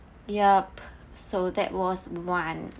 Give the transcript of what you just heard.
yup so that was one